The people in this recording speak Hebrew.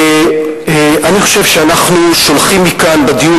ואני חושב שאנחנו שולחים מכאן בדיון